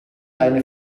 eine